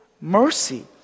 mercy